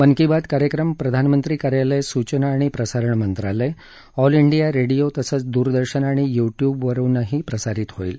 मन की बात कार्यक्रम प्रधानमंत्री कार्यालय सूचना आणि प्रसारण मंत्रालय ऑल डिया रेडिओ तसंच दूरदर्शन आणि युट्यूबवर प्रसारित होईल